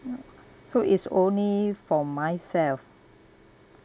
so it's only for myself